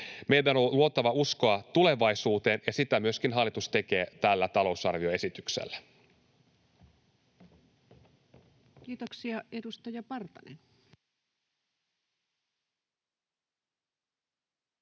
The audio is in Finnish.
Meidän on luotava uskoa tulevaisuuteen, ja sitä myöskin hallitus tekee tällä talousarvioesityksellä. [Speech 411] Speaker: